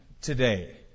today